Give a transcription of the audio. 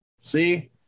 See